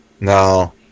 no